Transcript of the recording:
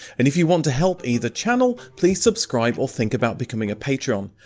and if you want to help either channel please subscribe or think about becoming a patron.